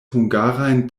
hungarajn